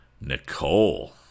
Nicole